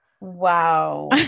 wow